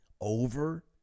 over